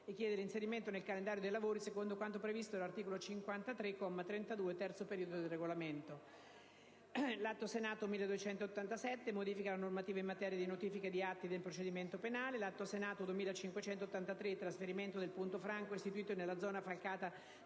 chiedendone l'inserimento nel calendario dei lavori, secondo quanto previsto dall'articolo 53, comma 3, terzo periodo, del Regolamento: n. 1287 («Modifica alla normativa in materia di notifiche di atti nel procedimento penale); n. 2583 («Trasferimento del punto franco istituito nella zona falcata